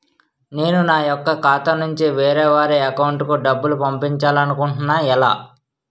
నేను నా యెక్క ఖాతా నుంచి వేరే వారి అకౌంట్ కు డబ్బులు పంపించాలనుకుంటున్నా ఎలా?